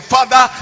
Father